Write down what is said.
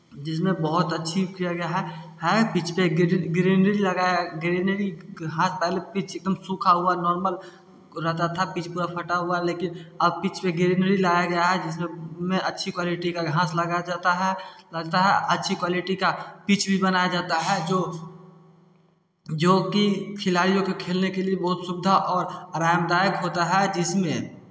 जिसमें बहुत अच्छी किया गया है है पिच में ग्री ग्रीनरी लगाया ग्रीनरी घास वाला पिच एक दम सूखा हुआ नॉर्मल रहता था पिच पूरा फटा हुआ लेकिन अब पिच पर ग्रीनरी लाया गया है जिसमें अच्छी क्वालिटी का घास लग जाता है अच्छी क्वालिटी का पिच भी बनाया जाता है जो जो कि खिलाड़ियों के खेलने के लिए बहुत सुविधा और आरामदायक होता है जिसमें